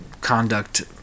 conduct